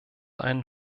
einen